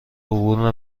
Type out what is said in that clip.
عبور